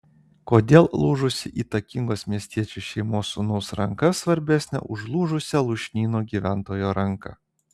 kodėl lūžusi įtakingos miestiečių šeimos sūnaus ranka svarbesnė už lūžusią lūšnyno gyventojo ranką